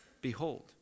Behold